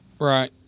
Right